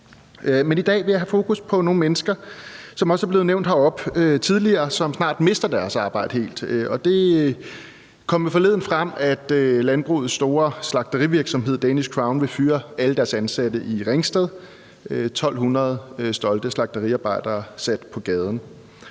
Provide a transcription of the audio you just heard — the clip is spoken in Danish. Men i dag vil jeg have fokus på nogle mennesker, som også er blevet nævnt heroppe tidligere, og som snart mister deres arbejde helt. Det kom forleden frem, at landbrugets store slagterivirksomhed Danish Crown vil fyre alle deres ansatte i Ringsted, 1.200 stolte slagteriarbejdere sat på gaden.